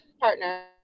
partner